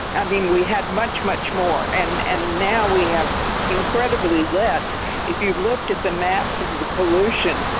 i mean, we had much, much more. and, and now we have incredibly less if you've looked at the maps of the pollution,